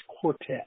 quartet